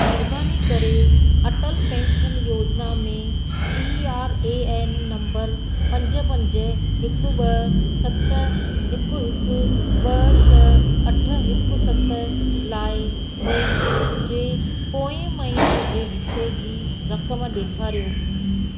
महिरबानी करे अटल पेंशन योजना में पीआरएएन नंबर पंज पंज हिकु ब॒ सत हिकु हिकु ब॒ छह अठ हिकु सत लाइ मुंहिंजे पोएं महिने जे हिस्से जी रक़म ॾेखारियो